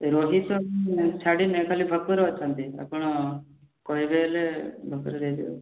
ରୋହି ତ ଛାଡ଼ିନେ ଖାଲି ଭାକୁର ଅଛନ୍ତି ଆପଣ କହିବେ ହେଲେ ଭାକୁର ଦେଇ ଦେବି